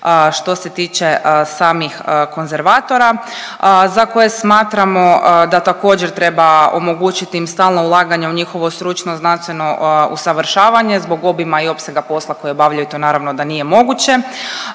što se tiče samih konzervatora za koje smatramo da također treba omogućit im stalno ulaganje u njihovo stručno, znanstveno usavršavanje zbog obima i opsega posla koji obavljaju i to naravno da nije moguće